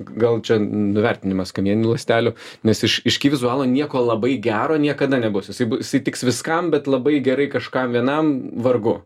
gal čia nuvertinimas kamieninių ląstelių nes iš iš ky vizualo nieko labai gero niekada nebus jisai bus tiks viskam bet labai gerai kažkam vienam vargu